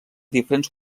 diferents